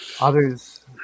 Others